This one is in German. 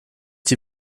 die